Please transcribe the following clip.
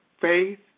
faith